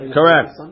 Correct